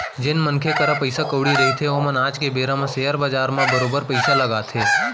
जेन मनखे करा पइसा कउड़ी रहिथे ओमन आज के बेरा म सेयर बजार म बरोबर पइसा लगाथे